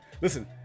Listen